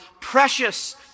precious